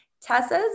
Tessa's